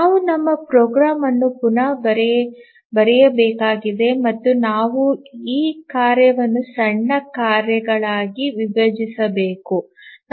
ನಾವು ನಮ್ಮ ಪ್ರೋಗ್ರಾಂ ಅನ್ನು ಪುನಃ ಬರೆಯಬೇಕಾಗಿದೆ ಮತ್ತು ನಾವು ಈ ಕಾರ್ಯವನ್ನು ಸಣ್ಣ ಕಾರ್ಯಗಳಾಗಿ ವಿಭಜಿಸಬೇಕಾಗಿದೆ